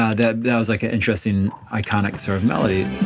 ah and that was like an interesting, iconic sort of melody